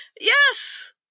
Yes